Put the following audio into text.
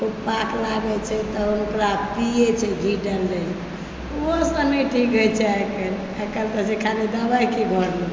खूब पात लाबै छै तऽ ओकरा पियै छै घी डालि दै छै उहोसँ नहि ठीक होइ छै आइ काल्हि आइ काल्हि तऽ जे खाली दवाइके घर भऽ गेलै